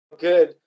good